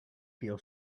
feel